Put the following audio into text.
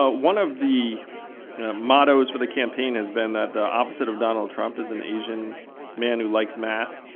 ah one of the mottos for the campaign has been that the opposite of donald trump is an asian man who likes math.